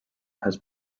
has